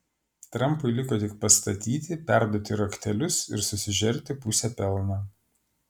trampui liko tik pastatyti perduoti raktelius ir susižerti pusę pelno